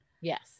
Yes